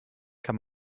kann